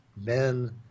men